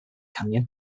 canyon